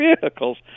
vehicles